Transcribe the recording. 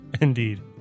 Indeed